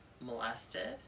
molested